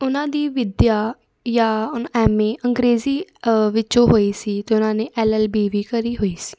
ਉਹਨਾਂ ਦੀ ਵਿੱਦਿਆ ਜਾਂ ਐੱਮ ਏ ਅੰਗਰੇਜ਼ੀ ਵਿੱਚੋਂ ਹੋਈ ਸੀ ਅਤੇ ਉਹਨਾਂ ਨੇ ਐੱਲ ਐੱਲ ਬੀ ਵੀ ਕਰੀ ਹੋਈ ਸੀ